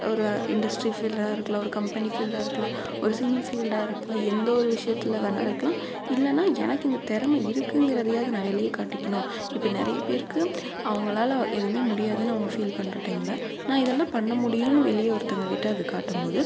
ஒரு இண்டஸ்ட்ரி ஃபீல்டாக இருக்கலாம் ஒரு கம்பெனி ஃபீல்டாக இருக்கலாம் ஒரு சினி ஃபீல்டாக இருக்கலாம் எந்த ஒரு விஷயத்தில் வேணாலும் இருக்கலாம் இல்லைன்னா எனக்கு இந்த திறம இருக்குங்கிறதையாவது நான் வெளியே காட்டிக்கணும் இப்போ நிறைய பேருக்கு அவங்களால் எதுவும் முடியாதுன்னு அவங்க ஃபீல் பண்ணுற டைமில் நான் இதெல்லாம் பண்ண முடியும்னு வெளியே ஒருத்தங்கக்கிட்ட அது காட்டும் போது